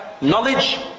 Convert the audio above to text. Knowledge